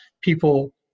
people